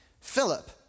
Philip